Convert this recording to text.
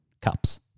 cups